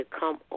come